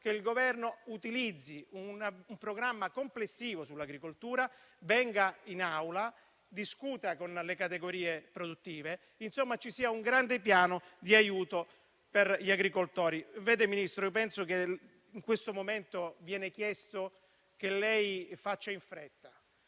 che il Governo utilizzi un programma complessivo sull'agricoltura, venga in Aula, discuta con le categorie produttive. Insomma, chiediamo che ci sia un grande piano di aiuto per gli agricoltori. Vede Ministro, io penso che in questo momento viene chiesto che lei faccia in fretta,